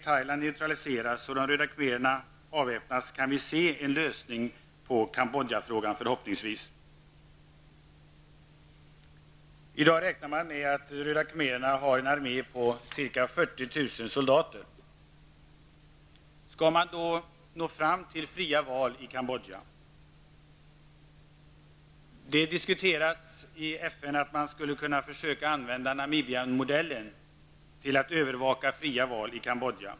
Thailand neutraliseras och de röda khmererna avväpnas kan vi förhoppningsvis se en lösning på Kambodjafrågan. I dag räknar man med att röda khmererna har en armé på ca 40 000 soldater. Skall man då nå fram till fria val i Kambodja? Det diskuteras i FN att man skulle kunna försöka använda Namibiamodellen till att övervaka fria val i Kambodja.